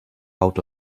out